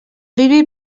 bibi